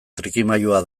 trikimailua